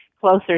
closer